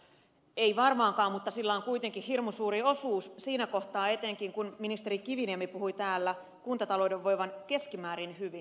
ei varmaankaan mutta sillä on kuitenkin hirmu suuri osuus siinä kohtaa etenkin kun ministeri kiviniemi puhui täällä kuntatalouden voivan keskimäärin hyvin